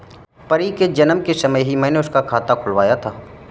परी के जन्म के समय ही मैने उसका बचत खाता खुलवाया था